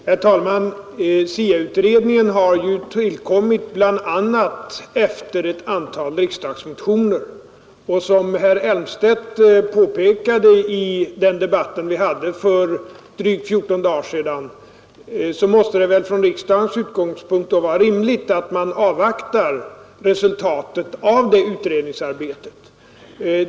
Herr talman! SIA-utredningen har tillkommit bl.a. efter ett antal riksdagsmotioner, och som herr Elmstedt påpekade i den debatt vi hade för drygt 14 dagar sedan måste det väl från riksdagens utgångspunkt vara rimligt att man avvaktar resultatet av det utredningsarbetet.